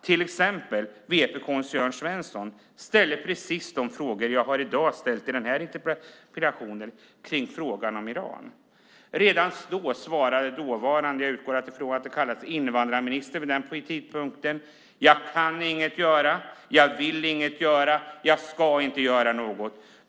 Vpk:s Jörn Svensson, till exempel, ställde precis de frågor om Iran som jag i dag har ställt i min interpellation. Redan då svarade den dåvarande invandrarministern: Jag kan inget göra. Jag vill inget göra. Jag ska inte göra något.